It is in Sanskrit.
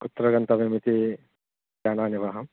कुत्र गन्तव्यमिति जानामि वा अहम्